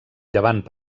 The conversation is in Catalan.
llevant